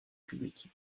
public